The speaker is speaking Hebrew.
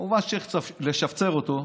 כמובן שצריך לשפצר אותו,